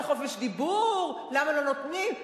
זה חופש דיבור, למה לא נותנים.